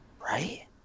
Right